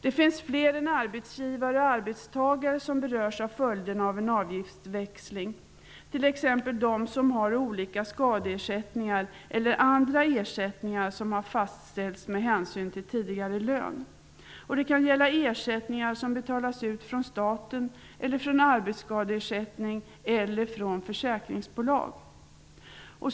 Det finns flera än arbetsgivare och arbetstagare som berörs av följderna av en avgiftsväxling, t.ex. de som har olika skadeersättningar eller andra ersättningar som har fastställts med hänsyn till tidigare lön. Det kan gälla ersättningar som betalas ut från staten, som arbetsskadeersättning eller från försäkringsbolag.